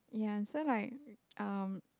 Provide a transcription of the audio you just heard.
ya so like um